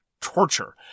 torture